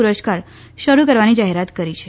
પુરસ્કાર શરૂ કરવાની જાહેરાત કરી છે